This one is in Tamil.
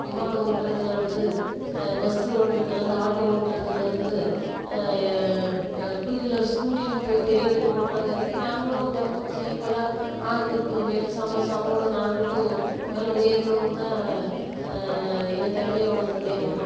விமானம் ஓட்டுறதுலருந்து பஸ்ஸு ஓட்டுறதுலருந்து ஆட்டோ ஓட்டுறதுலருந்து டூவீலர் ஸ்கூட்டினு போய் பெரிய வண்டி ஓட்டுற வரைக்கும் நாங்களும் தம் படிச்சி ஈக்வலாக ஆணுக்கு ப பெண் சமம் சமோன்னு நாங்களும் மேலே உயரணுன்னு தான் எங்கள் திறமைய வளர்த்துக்கின்னே வரோம்